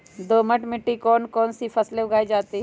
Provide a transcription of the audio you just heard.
दोमट मिट्टी कौन कौन सी फसलें उगाई जाती है?